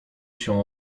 się